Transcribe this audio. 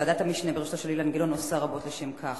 ועדת המשנה בראשותו של אילן גילאון עושה רבות לשם כך.